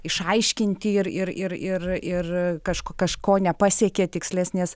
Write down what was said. išaiškinti ir ir ir ir ir kažko kažko nepasiekė tikslesnės